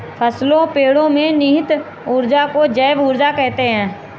फसलों पेड़ो में निहित ऊर्जा को जैव ऊर्जा कहते हैं